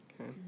Okay